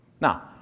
Now